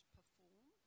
perform